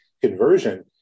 conversion